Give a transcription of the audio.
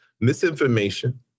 misinformation